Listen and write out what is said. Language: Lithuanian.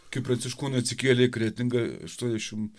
kai pranciškonai atsikėlė į kretingą aštuoniasdešim